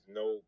no